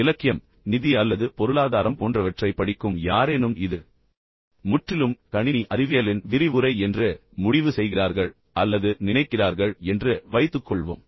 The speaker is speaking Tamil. இலக்கியம் நிதி அல்லது பொருளாதாரம் போன்றவற்றை படிக்கும் யாரேனும் இது முற்றிலும் கணினி அறிவியலின் விரிவுரை என்று முடிவு செய்கிறார்கள் அல்லது நினைக்கிறார்கள் என்று வைத்துக்கொள்வோம்